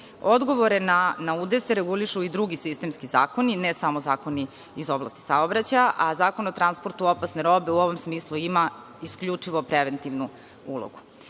Odgovore na udese regulišu i drugi sistemski zakoni, ne samo zakoni iz oblasti saobraćaja, a Zakon o transportu opasne robe u ovom smislu ima isključivo preventivnu ulogu.U